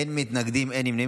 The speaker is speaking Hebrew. אין מתנגדים, אין נמנעים.